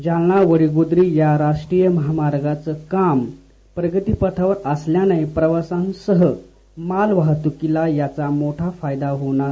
जालना वडगोद्री या राष्ट्रीय महामार्गाचं काम प्रगतीपथावर असल्यानं प्रवाशांसह मालवाहतूकीला याचा मोठा फायदा होणार आहे